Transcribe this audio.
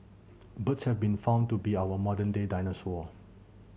birds have been found to be our modern day dinosaur